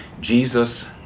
Jesus